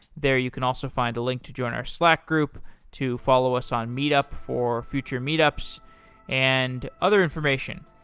there, you can also find a link to join our slack group to follow us on meetup for future meet ups and other information.